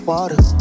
Water